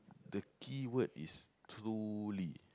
the keyword is truly